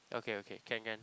okay okay can can